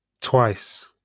twice